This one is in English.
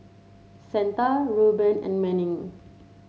Santa Reuben and Manning